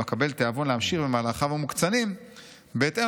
המקבל תיאבון להמשיך במהלכיו המוקצנים בהתאם